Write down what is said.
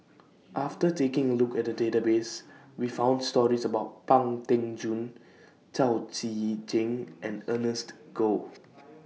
after taking A Look At The Database We found stories about Pang Teck Joon Chao Tzee Cheng and Ernest Goh